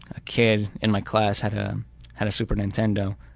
a kid in my class had um had a super nintendo,